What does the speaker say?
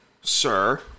sir